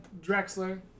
Drexler